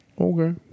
Okay